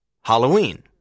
Halloween